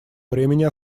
времени